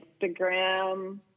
Instagram